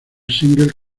single